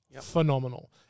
Phenomenal